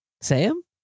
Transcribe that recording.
Sam